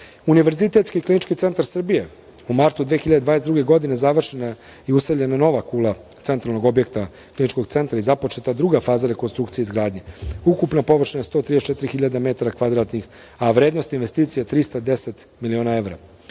pomoć. Univerzitetski klinički centar Srbije u martu 2022. godine završena i useljena nova kula centralnog objekta kliničkog centra i započeta druga faza rekonstrukcije i izgradnje, ukupna površina 134.000 metara kvadratnih, a vrednost investicija 310 miliona evra.